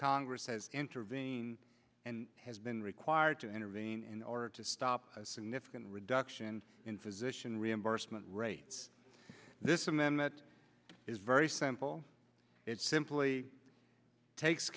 congress has intervened and has been required to intervene in order to stop a significant reduction in physician reimbursement rates this and then that is very simple it simply takes